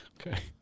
Okay